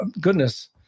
goodness